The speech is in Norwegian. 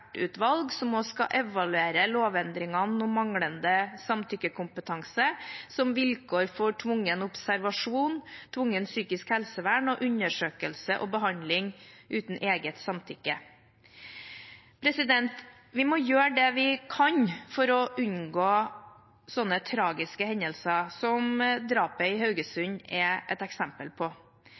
som skal evaluere lovendringene om manglende samtykkekompetanse som vilkår for tvungen observasjon, tvungent psykisk helsevern og undersøkelse og behandling uten eget samtykke. Vi må gjøre det vi kan for å unngå sånne tragiske hendelser som drapet i Haugesund er et eksempel på.